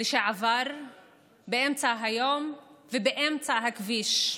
לשעבר באמצע היום ובאמצע הכביש.